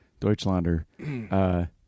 Deutschlander